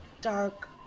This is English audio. dark